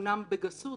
אומנם בגסות,